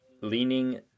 Leaning